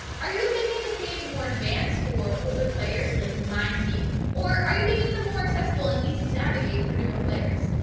are you making the caves more advanced for older players so they can mine deep, or are you making them more accessible and easy to navigate for newer players?